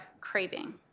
craving